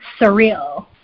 surreal